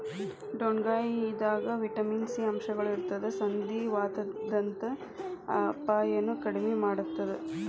ಡೊಣ್ಣಗಾಯಿದಾಗ vitamin C ಅಂಶಗಳು ಇರತ್ತದ ಸಂಧಿವಾತದಂತ ಅಪಾಯನು ಕಡಿಮಿ ಮಾಡತ್ತದ